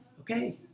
okay